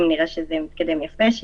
אם נראה שזה מתקדם יפה,